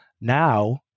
Now